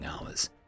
hours